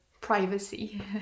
privacy